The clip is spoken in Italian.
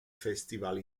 festival